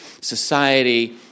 society